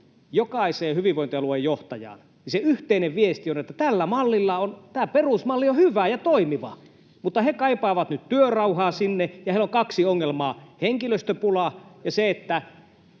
jokaiseen hyvinvointialuejohtajaan, niin se yhteinen viesti on, että tämä perusmalli on hyvä ja toimiva. Mutta he kaipaavat sinne nyt työrauhaa, ja heillä on kaksi ongelmaa: henkilöstöpula ja se, mistä